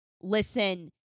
listen